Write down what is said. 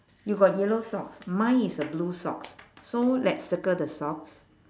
you got yellow socks mine is the blue socks so let's circle the socks